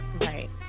Right